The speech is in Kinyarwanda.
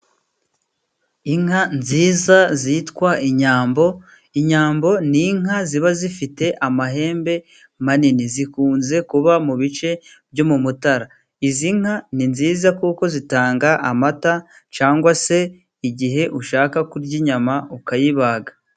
Inka nziza zitwa inyambo, inyambo ni inka ziba zifite amahembe manini, zikunze kuba mu bice byo mu Mutara. Izi nka ni nziza kuko zitanga amata cyangwa se igihe ushaka kurya inyama ukayibaga.